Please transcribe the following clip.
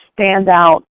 standout